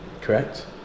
Correct